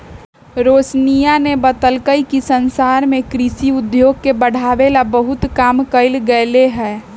रोशनीया ने बतल कई कि संसार में कृषि उद्योग के बढ़ावे ला बहुत काम कइल गयले है